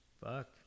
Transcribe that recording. fuck